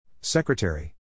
Secretary